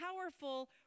powerful